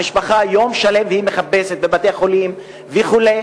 המשפחה יום שלם מחפשת בבתי-חולים וכו'.